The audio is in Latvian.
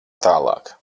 tālāk